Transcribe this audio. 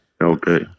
Okay